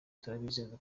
turabizeza